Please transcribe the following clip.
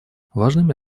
важными